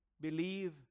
believe